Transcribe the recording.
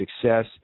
success